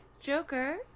Joker